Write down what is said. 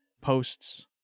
posts